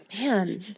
Man